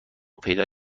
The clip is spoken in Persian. پیدا